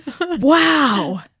Wow